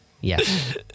yes